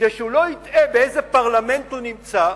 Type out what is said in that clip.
כדי שהוא לא יטעה באיזה פרלמנט הוא נמצא,